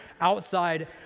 outside